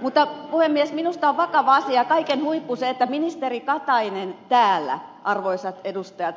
mutta puhemies minusta on vakava asia kaiken huippu että ministeri katainen täällä arvoisat edustajat